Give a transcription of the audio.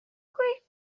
creaked